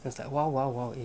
was like !wow! !wow! !wow!